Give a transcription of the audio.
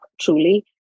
truly